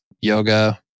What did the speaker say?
yoga